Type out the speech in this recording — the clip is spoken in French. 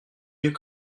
mieux